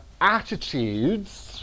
attitudes